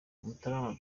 mutarama